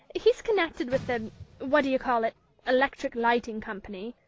he's connected with the what-d'ye-call-it electric lighting company.